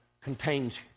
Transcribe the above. contains